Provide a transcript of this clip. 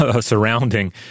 surrounding